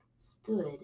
stood